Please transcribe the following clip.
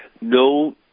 No